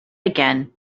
again